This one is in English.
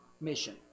mission